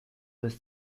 bis